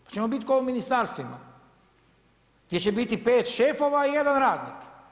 Pa ćemo biti kao u ministarstvima gdje će biti 5 šefova i jedan radnik.